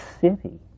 city